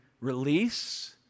release